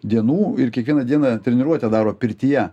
dienų ir kiekvieną dieną treniruotę daro pirtyje